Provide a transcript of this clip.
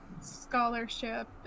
scholarship